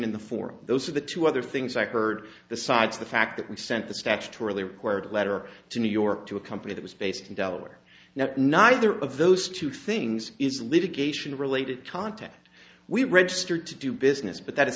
in the for those of the two other things i heard the sides the fact that we sent the statutorily required letter to new york to a company that was based in delaware now neither of those two things is live a geisha related content we registered to do business but that